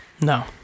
No